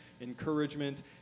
encouragement